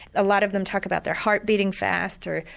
a lot of them talk about their heart beating faster,